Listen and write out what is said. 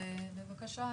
בבקשה,